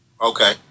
Okay